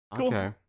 Okay